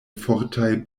fortaj